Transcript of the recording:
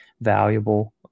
valuable